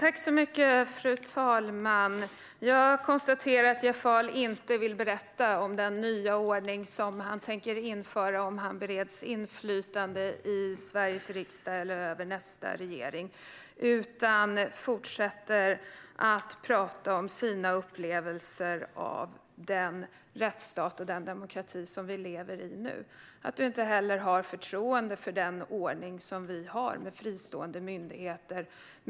Fru talman! Jag konstaterar att Jeff Ahl inte vill berätta om den nya ordning som han tänker införa om han bereds inflytande i Sveriges riksdag eller i nästa regering. Han fortsätter att prata om sina upplevelser av den rättsstat och den demokrati som vi lever i nu. Du har inte heller förtroende för den ordning som vi har med fristående myndigheter.